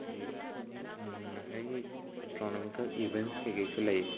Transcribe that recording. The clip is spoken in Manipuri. ꯑꯗꯨꯗꯒꯤ ꯉꯁꯥꯏꯒꯤ ꯑꯦꯁꯇ꯭ꯔꯣꯅꯣꯃꯤꯀꯦꯜ ꯏꯕꯦꯟꯁ ꯀꯩꯀꯩꯁꯨ ꯂꯩ